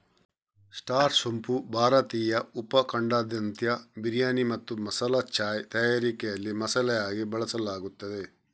star ಸೋಂಪು ಭಾರತೀಯ ಉಪ ಖಂಡದಾದ್ಯಂತ ಬಿರಿಯಾನಿ ಮತ್ತು ಮಸಾಲಾ ಚಾಯ್ ತಯಾರಿಕೆಯಲ್ಲಿ ಮಸಾಲೆಯಾಗಿ ಬಳಸಲಾಗುತ್ತದೆ